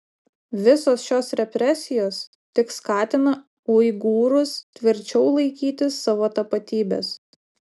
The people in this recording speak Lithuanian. visos šios represijos tik skatina uigūrus tvirčiau laikytis savo tapatybės